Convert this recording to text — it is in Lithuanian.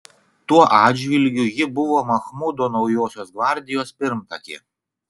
tuo atžvilgiu ji buvo machmudo naujosios gvardijos pirmtakė